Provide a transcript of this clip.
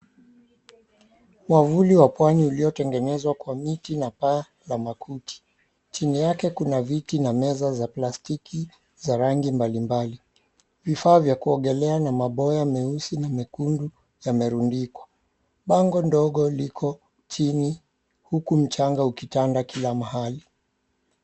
Mwamvuli wa Pwani uliotengenezwa Kwa miti na paa la makuti. Chini yake kuna meza na viti vya plastiki vya rangi mbalimbali. Vifaa vya kuogelea na maboya meusi na mekundu yamerundikwa. Bango dogo liko chini huku mchanga ukitanda kila mahali.